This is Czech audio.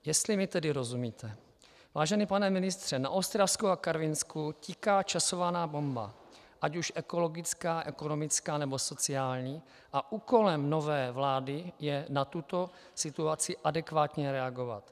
Jestli mi tedy rozumíte, vážený pane ministře, na Ostravsku a Karvinsku tiká časovaná bomba, ať už ekologická, ekonomická nebo sociální, a úkolem nové vlády je na tuto situaci adekvátně reagovat.